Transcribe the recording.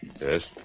Yes